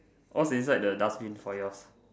what's inside the dustbin for yours